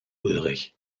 ulrich